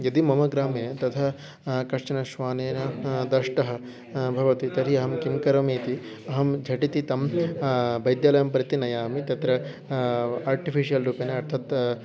यदि मम ग्रामे तथा कश्चन श्वानेन दष्टः भवति तर्हि अहं किं करोमि इति अहं झटिति तं वैद्यालयं प्रति नयामि तत्र आर्टिफ़िशियल् रूपेण तत्